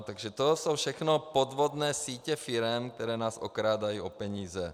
Takže to jsou všechno podvodné sítě firem, které nás okrádají o peníze.